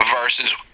versus